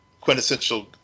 quintessential